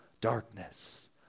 Darkness